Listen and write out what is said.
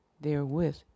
therewith